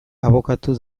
abokatu